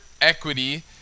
equity